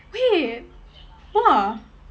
wait !wah!